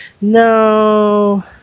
no